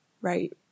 right